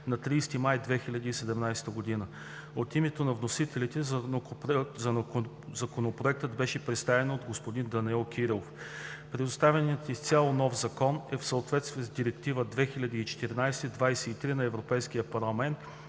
на 30 май 2017 г. От името на вносителите Законопроектът беше представен от господин Данаил Кирилов. Представеният изцяло нов Закон е в съответствие с Директива 2014/23/ЕС на Европейския парламент